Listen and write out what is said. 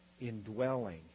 indwelling